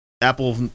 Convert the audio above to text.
apple